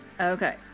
Okay